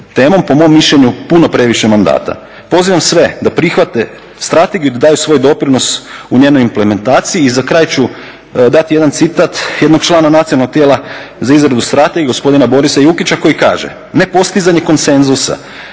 temom, po mom mišljenju puno previše mandata. Pozivam sve da prihvate strategiju i da daju svoj doprinos u njenoj implementaciji i za kraj ću dati jedan citat jednog člana Nacionalnog tijela za izradu strategije, gospodina Borisa Jukića koji kaže: "Nepostizanje konsenzusa